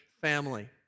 family